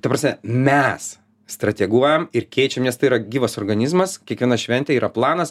ta prasme mes strateguojam ir keičiam nes tai yra gyvas organizmas kiekviena šventė yra planas